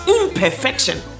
imperfection